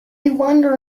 wonder